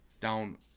down